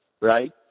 right